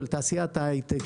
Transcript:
של תעשיית ההיי-טק,